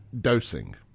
dosing